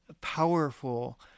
powerful